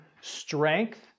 strength